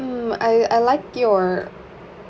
mm I I like your